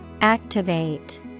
Activate